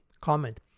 Comment